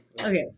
Okay